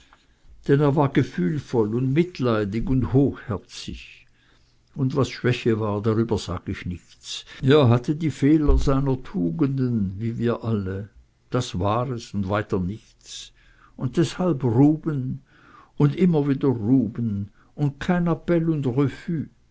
er war gefühlvoll und mitleidig und hochherzig und was schwäche war darüber sag ich nichts er hatte die fehler seiner tugenden wie wir alle das war es und weiter nichts und deshalb ruben und immer wieder ruben und kein appell und